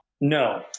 no